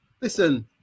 listen